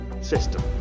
system